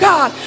God